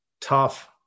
tough